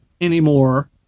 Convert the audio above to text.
anymore